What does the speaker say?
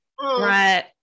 Right